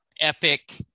epic